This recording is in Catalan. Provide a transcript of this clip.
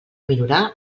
minorar